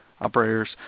operators